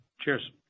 Cheers